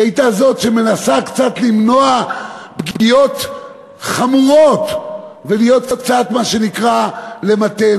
היא הייתה זאת שמנסה קצת למנוע פגיעות חמורות ולהיות קצת מה שנקרא למתן,